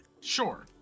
Sure